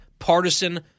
partisan